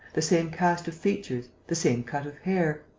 the same cast of features, the same cut of hair.